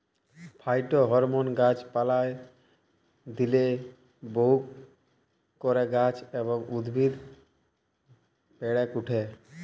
phytohormone গাছ পালায় দিইলে বহু করে গাছ এবং উদ্ভিদ বেড়েক ওঠে